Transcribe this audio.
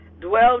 Dwell